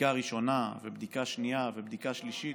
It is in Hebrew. בדיקה ראשונה ובדיקה שנייה ובדיקה שלישית.